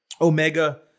Omega